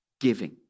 giving